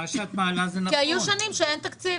מה שאת מעלה זה נכון --- כי היו שנים שלא היה תקציב.